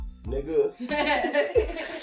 Nigga